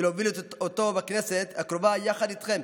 ולהוביל אותו בכנסת הקרובה יחד איתכם,